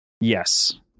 Yes